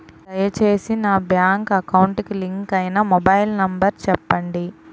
దయచేసి నా bank account కి లింక్ అయినా మొబైల్ నంబర్ చెప్పండి